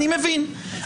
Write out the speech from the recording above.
אני מבין,